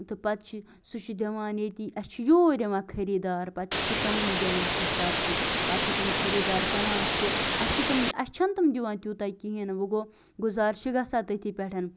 تہٕ پَتہٕ چھِ سُہ چھُ دِوان ییٚتی اَسہِ چھُ یوٗرۍ یِوان خریٖدار پَتہٕ چھُ سُہ تِمنٕے دِوان سۄ سبزی پَتہٕ چھِ تِم خریٖدار کٕنان سُہ اَسہِ چھِ تِم اَسہِ چھَنہٕ تِم دِوان تیٛوتاہ کِہیٖنٛۍ وۅنۍ گوٚو گُزارٕ چھُ گژھان تٔتھی پیٚٹھ